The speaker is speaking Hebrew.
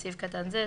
בסעיף קטן זה,